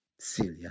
Celia